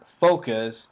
focus